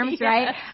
right